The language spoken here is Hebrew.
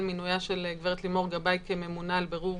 מינויה של הגב' לימור גבאי כממונה על בירור